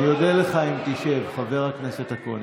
אני מנסה לדבר לגב של חבר הכנסת אקוניס,